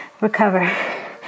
recover